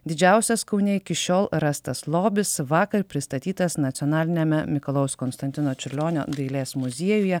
didžiausias kaune iki šiol rastas lobis vakar pristatytas nacionaliniame mikalojaus konstantino čiurlionio dailės muziejuje